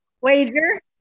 wager